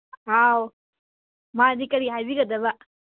ꯍꯥꯎ ꯃꯥꯟꯅꯤ ꯀꯔꯤ ꯍꯥꯏꯕꯤꯒꯗꯕ